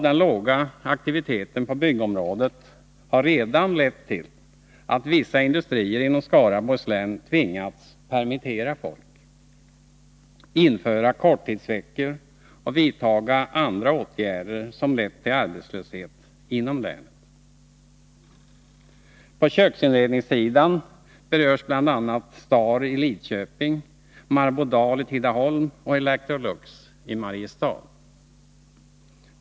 Den låga aktiviteten på byggområdet har redan lett till att vissa industrier inom Skaraborgs län tvingats permittera folk, införa korttidsveckor och vidta andra åtgärder som lett till arbetslöshet inom länet. På köksinredningssidan berörs bl.a, Star i Lidköping, Marbodal i Tidaholm och Electrolux i Mariestad.